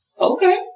Okay